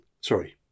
Sorry